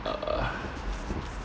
err